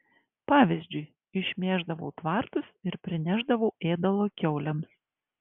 pavyzdžiui išmėždavau tvartus ir prinešdavau ėdalo kiaulėms